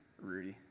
Rudy